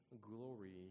glory